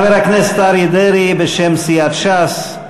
חבר הכנסת אריה דרעי, בשם סיעת ש"ס.